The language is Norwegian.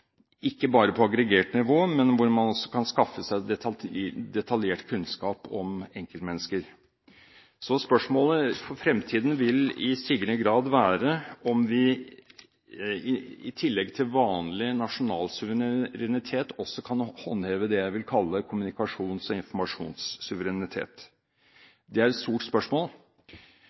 ikke bare på aggregert nivå, men hvor man altså kan skaffe seg detaljert kunnskap om enkeltmennesker. Spørsmålet for fremtiden vil i stigende grad være om vi i tillegg til vanlig nasjonal suverenitet også kan håndheve det jeg vil kalle kommunikasjons- og informasjonssuverenitet. Det er et stort spørsmål.